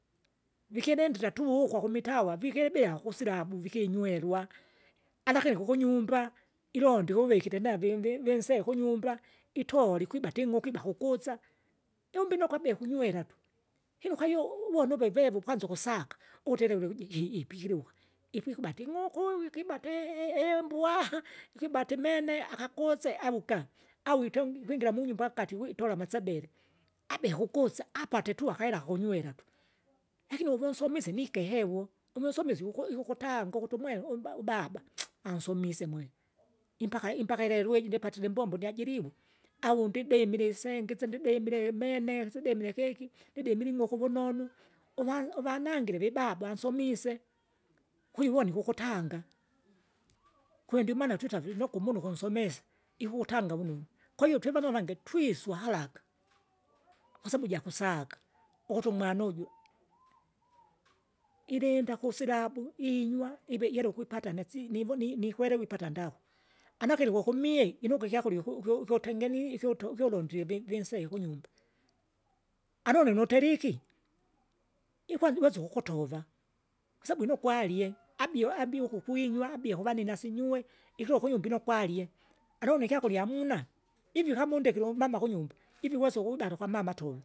Vikikilindila tu ukwa kumitawa vikilibila kusilabu vikinywerwa, alakini kukunyumba, ilonda ikuvikire navi- vi- vi- vinse kunyumba, itola ikwibate ing'uku iba kukusa, jumbine ukwabie kunywera tu, hino ukaiyo uwona uve vevu kwanza ukusaka, ukuti ili ulikujiki ipikiluka, ikwikubate ing'uku, ikibate i- i- imbwa, ikwibate imene akakuse avukage, au itongi ikwingira munyumba nkati witola amasebele. Abehe ukuksa, apate tu akahera kakunywera tu, lakini uvinsomise nikehevo, ununsomise ikuku- ikukutanga ukuti umwe umba ubaba, ansomise mwe, impaka impaka ilelo iji ndipatile imbombo ndiajiriwe au ndidimile isenga isi ndidimile imene, isidimile keki, ndidimile ing'uku vunonu uva- uvanangile vibaba ansomise, kwivoni ukutanga, kwe ndiomaana twita vilinokwi umunu kunsomes, ikukutanga vunonu. Kwahiyo twivanu avange twiswa haraka kasabu jakusaga ukuti umwana uju, ilinda kusilabu, inywa ive ihera ukwipata nasi nivoni nikwerewa ipata nda, anakiliwe ukumie inuka ikyakurya ukyu- ukyu- ukyutengeni ukyuto ukyulondile vi- vinsee kunyumba. Anone nuteriki, ikwani uweze kukutova, kwasabu nukwalie abie abie ukukwinywa abie kuvanine asinyue, ivivo kunyumba inokwalie anone ikyakurya amuna, ivi kama undekire umama kunyumba ivi uwese ukiwibala kwamama tuve.